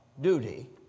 Duty